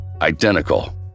Identical